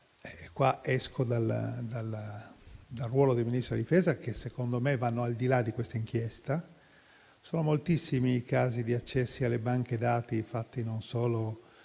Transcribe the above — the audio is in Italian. qua esco dal ruolo di Ministro della difesa - che secondo me vanno al di là di questa inchiesta. Sono moltissimi i casi di accessi alle banche dati, fatti non solo